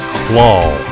claw